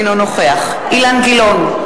אינו נוכח אילן גילאון,